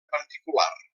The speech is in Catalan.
particular